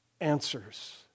answers